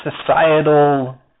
societal